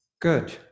Good